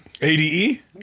ADE